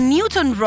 Newton